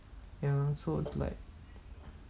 ya so like